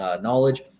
knowledge